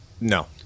No